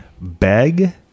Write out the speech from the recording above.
beg